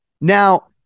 Now